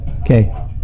Okay